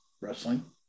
wrestling